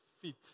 feet